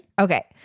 Okay